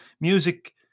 Music